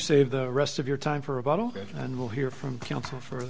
save the rest of your time for a bottle and we'll hear from counsel for